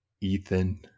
Ethan